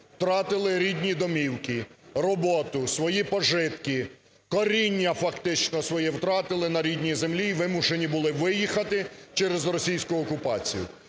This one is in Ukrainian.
втратили рідні домівки, роботу, свої пожитки, коріння фактично свої втратили на рідній землі і вимушені були виїхати через російську окупацію.